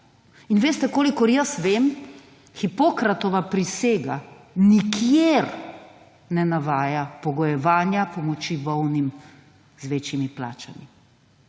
In veste, kolikor jaz vem, Hipokratova prisega nikjer ne navaja pogojevanja pomoči bolnim z večjimi plačami.